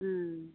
उम